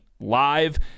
Live